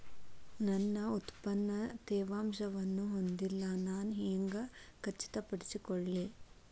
ನನ್ನ ಉತ್ಪನ್ನ ತೇವಾಂಶವನ್ನು ಹೊಂದಿಲ್ಲಾ ನಾನು ಹೆಂಗ್ ಖಚಿತಪಡಿಸಿಕೊಳ್ಳಲಿ?